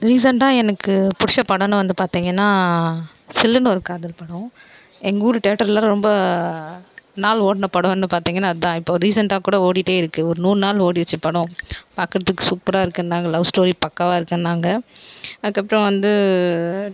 ரீசண்ட்டாக எனக்கு பிடிச்ச படன்னு வந்து பார்த்தீங்கன்னா சில்லுன்னு ஒரு காதல் படம் எங்கள் ஊர் தேட்டரில் ரொம்ப நாள் ஓடின படன்னு பார்த்தீங்கன்னா அதான் இப்போ ரீசண்ட்டாக கூட ஓடிகிட்டே இருக்கு ஒரு நூறு நாள் ஓடிருச்சு படம் பார்க்குறதுக்கு சூப்பராக இருக்குன்னாங்க லவ் ஸ்டோரி பக்கவாக இருக்குன்னாங்க அதற்கப்புறம் வந்து